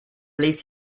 list